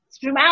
throughout